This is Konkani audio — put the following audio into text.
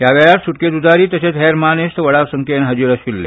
ह्या वेळार सुटके झुजारी तशेंच हेर मानेस्त व्हड संख्येन हाजीर आशिल्ले